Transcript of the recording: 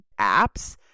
apps